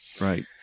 Right